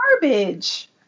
garbage